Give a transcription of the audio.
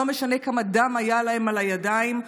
לא משנה כמה דם היה להם על הידיים,